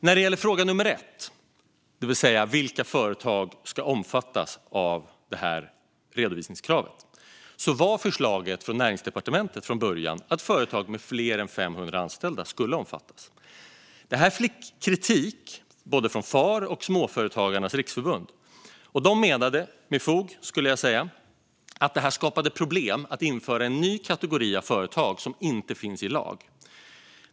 När det gäller den första frågan, det vill säga vilka företag som ska omfattas av redovisningskravet, var förslaget från Näringsdepartementet från början att företag med fler än 500 anställda skulle omfattas. Det här fick kritik från både Far och Småföretagarnas Riksförbund, som menar, med fog, att det skapar problem att införa en ny kategori av företag som inte finns i lagen.